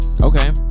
okay